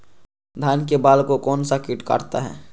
धान के बाल को कौन सा किट काटता है?